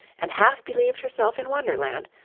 and half believed herself in wonderland,